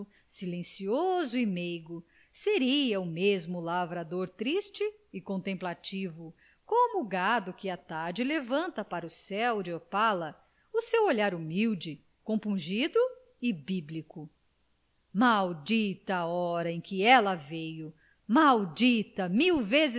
silencioso e meigo seria o mesmo lavrador triste e contemplativo como o gado que à tarde levanta para o céu de opala o seu olhar humilde compungido e bíblico maldita a hora em que ela veio maldita mil vezes